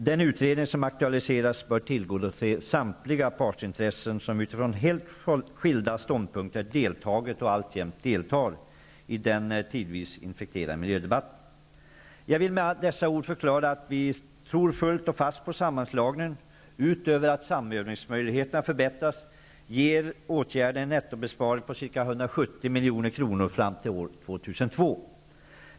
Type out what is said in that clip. Den utredning som aktualiseras bör tillgodose samtliga de partsintressen som utifrån helt skilda ståndpunkter deltagit och alltjämt deltar i den tidvis infekterade miljödebatten. Jag vill med dessa ord förklara att jag fullt och fast tror på sammanslagningen. Utöver att samövningsmöjligheterna förbättras ger åtgärden en nettobesparing på ca 170 milj.kr. fram till år 2002.